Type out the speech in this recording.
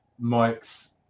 Mike's